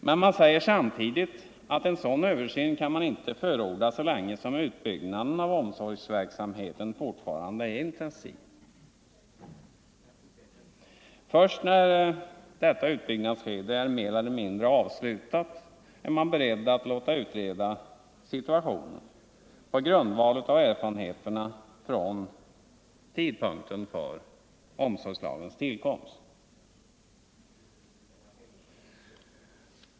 Men man säger samtidigt att en sådan översyn kan man inte förorda så länge som utbyggnaden av omsorgsverksamheten fortfarande är intensiv. Först när detta utbyggnadsskede är mer eller mindre avslutat är man beredd att låta utreda situationen på grundval av erfarenheterna från tidpunkten för omsorgslagens tillkomst.